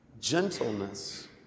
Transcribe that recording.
Gentleness